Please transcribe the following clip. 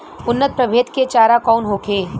उन्नत प्रभेद के चारा कौन होखे?